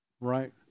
right